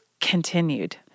continued